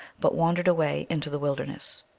but wandered away into the wil derness.